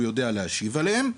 והוא יודע להשיב עליהן.